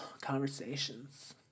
conversations